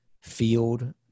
field